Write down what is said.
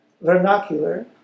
vernacular